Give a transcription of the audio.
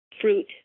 fruit